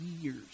years